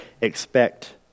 expect